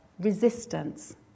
resistance